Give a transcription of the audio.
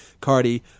Cardi